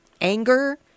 anger